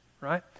right